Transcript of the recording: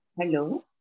Hello